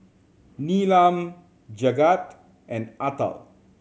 Neelam Jagat and Atal